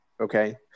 okay